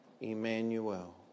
Emmanuel